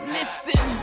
Listen